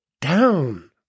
down